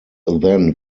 then